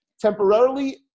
temporarily